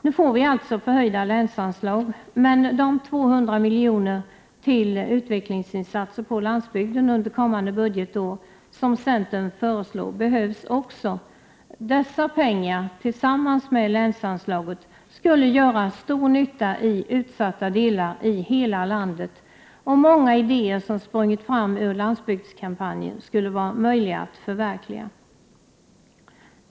Nu får vi alltså förhöjda länsanslag — men de 200 miljoner till utvecklingsinsatser på landsbygden under kommande budgetår som centern föreslår behövs också. Dessa pengar, tillsammans med länsanslaget, skulle göra stor nytta i utsatta delar över hela landet, och många idéer som sprungit fram ur landsbygdskampanjen skulle vara möjliga att förverkliga.